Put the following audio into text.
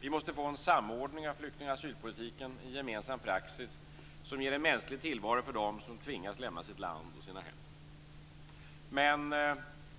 Vi måste få en samordning av flykting och asylpolitiken, en gemensam praxis, som ger en mänsklig tillvaro för dem som tvingas lämna sitt land och sina hem. Men